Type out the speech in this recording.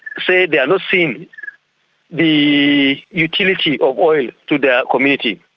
say they are not seeing the utility of oil to their community.